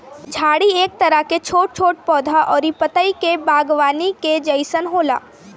झाड़ी एक तरह के छोट छोट पौधा अउरी पतई के बागवानी के जइसन होला